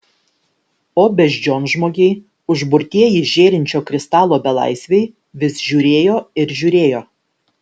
o beždžionžmogiai užburtieji žėrinčio kristalo belaisviai vis žiūrėjo ir žiūrėjo